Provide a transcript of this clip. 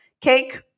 cake